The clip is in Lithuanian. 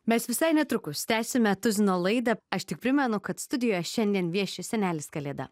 mes visai netrukus tęsime tuzino laidą aš tik primenu kad studijoje šiandien vieši senelis kalėda